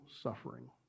suffering